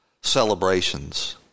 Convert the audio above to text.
celebrations